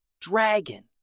dragon